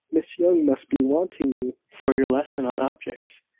miss young must be wanting you for your lesson on objects.